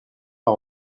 par